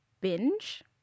binge